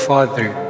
Father